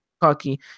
cocky